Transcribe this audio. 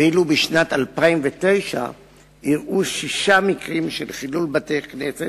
ואילו בשנת 2009 אירעו שישה מקרים של חילול בתי-כנסת,